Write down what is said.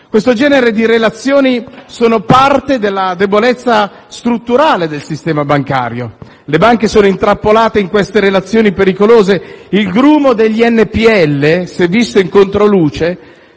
Questo genere di relazioni è parte della debolezza strutturale del sistema bancario. Le banche sono intrappolate in queste relazioni pericolose. Il grumo degli NPL, se visto in controluce,